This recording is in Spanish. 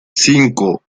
cinco